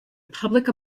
public